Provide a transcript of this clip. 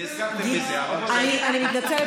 אני מתנצלת.